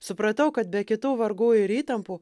supratau kad be kitų vargų ir įtampų